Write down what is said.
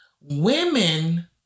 women